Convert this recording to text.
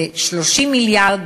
ו-30 מיליארד,